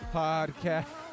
podcast